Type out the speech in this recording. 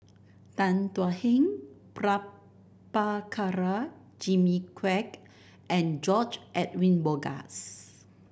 Tan Thuan Heng Prabhakara Jimmy Quek and George Edwin Bogaars